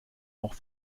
auch